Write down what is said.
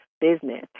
business